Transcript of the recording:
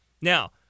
Now